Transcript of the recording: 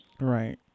Right